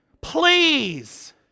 Please